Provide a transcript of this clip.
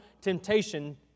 temptation